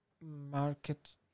market